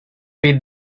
feed